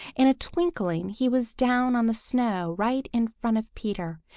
in a twinkling he was down on the snow right in front of peter,